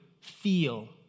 feel